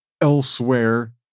elsewhere